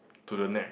to the neck